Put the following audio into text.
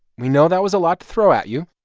we know that was a lot to throw at you.